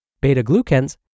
Beta-glucans